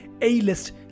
a-list